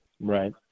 Right